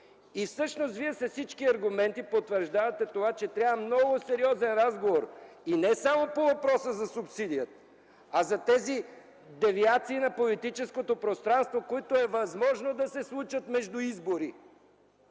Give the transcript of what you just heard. Всъщност Вие с всички аргументи потвърждавате това, че трябва много сериозен разговор и не само по въпроса за субсидията, а за тези девиации на политическото пространство, които е възможно да се случат между избори.